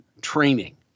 training